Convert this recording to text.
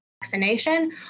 vaccination